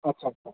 अच्छा अच्छा